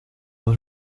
was